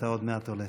אתה עוד מעט עולה.